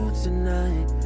tonight